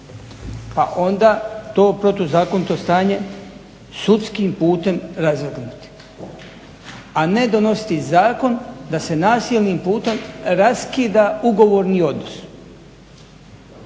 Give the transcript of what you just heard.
pa onda to protuzakonito stanje sudskim putem razvrgnuti a ne donositi zakon da se nasilnim putem raskida ugovorni odnos